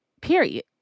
Period